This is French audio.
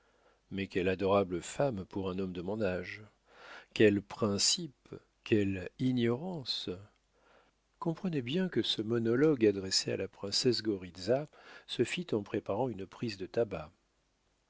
mais quelle adorable femme pour un homme de mon âge quels principes quelle ignorance comprenez bien que ce monologue adressé à la princesse goritza se fit en préparant une prise de tabac